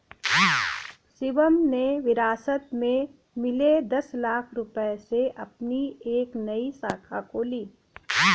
शिवम ने विरासत में मिले दस लाख रूपए से अपनी एक नई शाखा खोली